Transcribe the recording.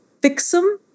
Fixum